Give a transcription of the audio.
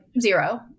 zero